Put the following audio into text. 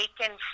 taken